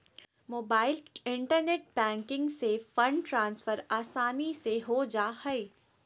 mobile internet banking से fund transfer आसानी से हो जा हइ